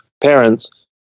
parents